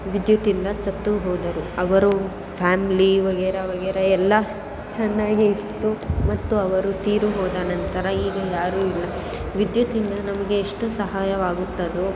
ವಿದ್ಯುತ್ತಿಂದ ಸತ್ತುಹೋದರು ಅವರು ಫ್ಯಾಮ್ಲಿ ವಗೇರಾ ವಗೇರಾ ಎಲ್ಲ ಚೆನ್ನಾಗೇ ಇತ್ತು ಮತ್ತು ಅವರು ತೀರಿ ಹೋದ ನಂತರ ಈಗ ಯಾರು ಇಲ್ಲ ವಿದ್ಯುತ್ತಿಂದ ನಮಗೆ ಎಷ್ಟು ಸಹಾಯವಾಗುತ್ತದೋ